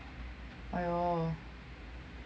!aiyo!